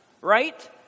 right